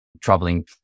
traveling